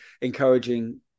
encouraging